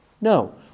no